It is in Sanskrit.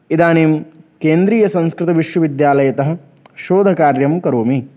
इदानीं केन्द्रीयसंस्कृतविश्वविद्यालयतः शोधकार्यं करोमि